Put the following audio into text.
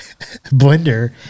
blender